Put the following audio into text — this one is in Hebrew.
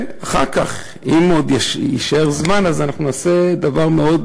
אם יישאר זמן אנחנו נעשה דבר מאוד